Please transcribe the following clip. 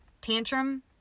tantrum